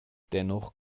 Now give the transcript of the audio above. dennoch